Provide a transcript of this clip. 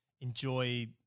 enjoy